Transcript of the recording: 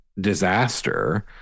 disaster